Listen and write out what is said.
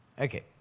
Okay